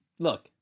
Look